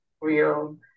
real